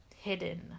Hidden